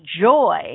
joy